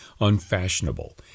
unfashionable